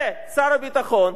ושר הביטחון,